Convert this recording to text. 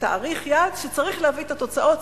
ותאריך יעד שצריך להביא את התוצאות,